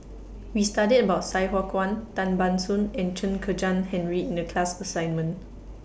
We studied about Sai Hua Kuan Tan Ban Soon and Chen Kezhan Henri in The class assignment